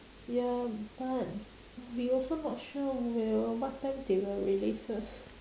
ya but we also not sure will what time they will release us